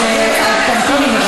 אז תמתיני,